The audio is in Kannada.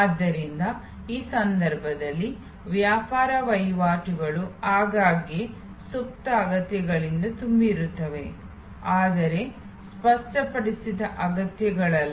ಆದ್ದರಿಂದ ಈ ಸಂದರ್ಭಗಳಲ್ಲಿ ವ್ಯಾಪಾರ ವಹಿವಾಟುಗಳು ಆಗಾಗ್ಗೆ ಸುಪ್ತ ಅಗತ್ಯಗಳಿಂದ ತುಂಬಿರುತ್ತವೆ ಆದರೆ ಸ್ಪಷ್ಟಪಡಿಸಿದ ಅಗತ್ಯತೆಗಳಲ್ಲ